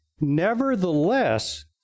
nevertheless